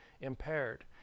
impaired